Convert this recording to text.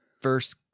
first